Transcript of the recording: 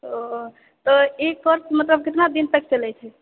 ओ तऽ ई कोर्स मतलब कितना दिन तक चलैत छै